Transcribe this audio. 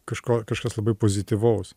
kažko kažkas labai pozityvaus